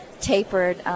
tapered